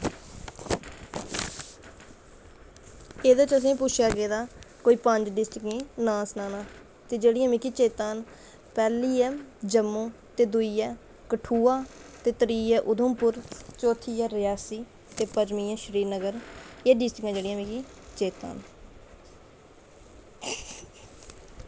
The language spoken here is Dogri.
एह्दे च असें पुच्छेआ गेदा कोई पंज डिस्टकें दे नांऽ सनाना ते जेह्कियां मिगी चेत्ता न पैह्ली ऐ जम्मू ते दुई ऐ कठुआ ते त्रीह् ऐ उधमपुर चौत्थी ऐ रियासी ते पंजमी ऐ श्रीनगर एह् डिस्टकां जेह्ड़ियां मिगी चेत्ता न